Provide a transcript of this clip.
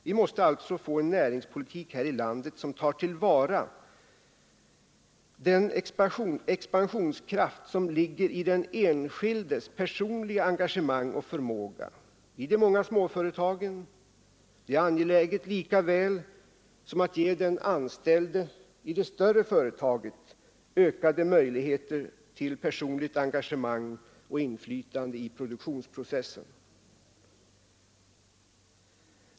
Vi måste alltså få en näringspolitik här i landet som tar till vara den expansionskraft som ligger i den enskildes personliga engagemang och förmåga i de många småföretagen. Det är angeläget lika väl som att ge den anställde i det större företaget ökade möjligheter till personligt engagemang och inflytande i produktionsprocessen.